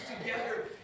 together